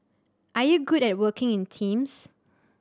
are you good at working in teams